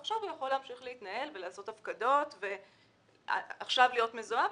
עכשיו הוא יכול להמשיך להתנהל ולעשות הפקדות ולהיות מזוהה,